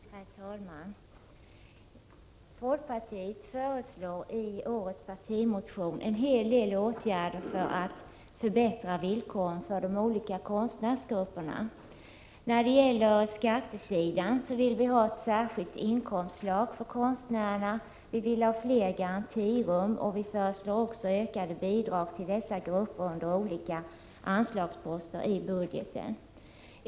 Herr talman! Folkpartiet föreslår i årets partimotion på detta område en hel del åtgärder för att förbättra villkoren för de olika konstnärsgrupperna. När det gäller skattesidan vill vi ha ett särskilt inkomstslag för konstnärerna. Vi vill ha fler garantirum och vi föreslår också ökade bidrag till dessa grupper under olika anslagsposter i budgeten.